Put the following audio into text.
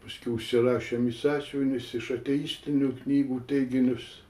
paskiau užsirašėm į sąsiuvinius iš ateistinių knygų teiginius